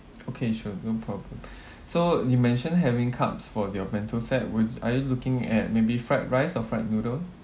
okay sure no problem so you mentioned having carbs for your bento set with are you looking at maybe fried rice or fried noodle